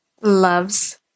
loves